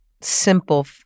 simple